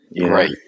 Right